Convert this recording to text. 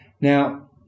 Now